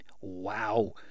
Wow